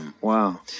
wow